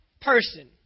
person